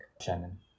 Shannon